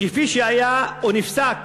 כפי שהיה ונפסק